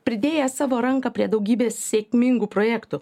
pridėjęs savo ranką prie daugybės sėkmingų projektų